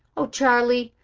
oh, charley,